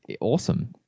awesome